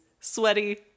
sweaty